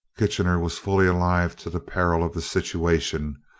kitchener was fully alive to the peril of the situation,